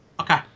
Okay